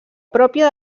pròpia